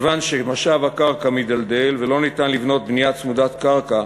מכיוון שמשאב הקרקע מתדלדל ואין אפשרות לבנות בנייה צמודת קרקע,